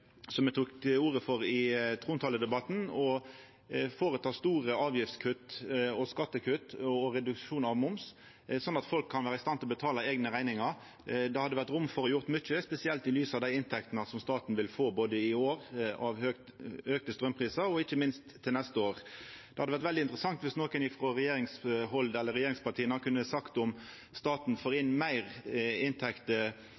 som eg tok til orde for i trontale- og erklæringsdebatten, å føreta store avgiftskutt, skattekutt og reduksjon av moms, slik at folk kan vera i stand til å betala eigne rekningar. Det hadde vore rom for å gjera mykje, spesielt i lys av dei inntektene som staten vil få både i år av auka straumprisar og ikkje minst til neste år. Det hadde vore veldig interessant dersom nokon frå regjeringshald eller regjeringspartia hadde kunna sagt om staten får